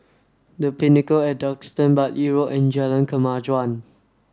the Pinnacle at Duxton Bartley Road and Jalan Kemajuan